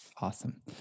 Awesome